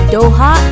Doha